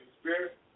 spirit